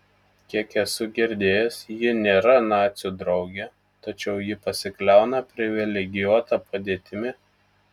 kiek esu girdėjęs ji nėra nacių draugė tačiau ji pasikliauna privilegijuota padėtimi